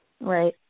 Right